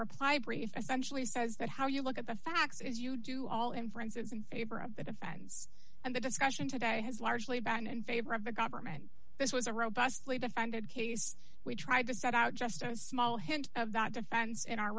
reply brief essentially says that how you look at the facts as you do all inferences in favor of the defense and the discussion today has largely been in favor of the government this was a robustly defended case we tried to set out just a small hint of that defense in our